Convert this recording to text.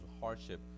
hardship